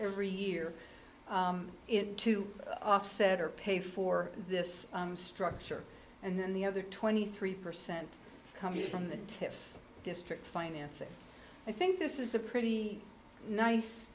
every year in to offset or pay for this structure and then the other twenty three percent comes from the tip district finances i think this is a pretty nice